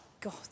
god